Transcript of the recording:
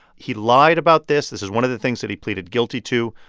he lied about this. this is one of the things that he pleaded guilty to.